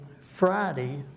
Friday